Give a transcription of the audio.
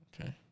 Okay